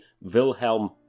Wilhelm